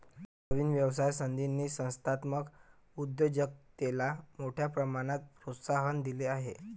नवीन व्यवसाय संधींनी संस्थात्मक उद्योजकतेला मोठ्या प्रमाणात प्रोत्साहन दिले आहे